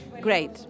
Great